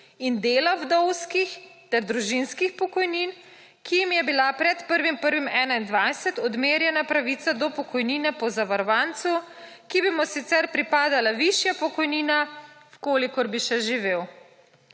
in dela vdovskih ter družinskih pokojnin, ki jim je bila pred 1. 1. 2021 odmerjena pravica do pokojnine po zavarovancu, ki bi mu sicer pripadala višja pokojnina, v kolikor bi še živel.